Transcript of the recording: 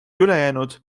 ülejäänud